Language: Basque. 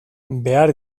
behar